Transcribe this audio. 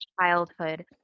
childhood